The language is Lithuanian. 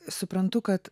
suprantu kad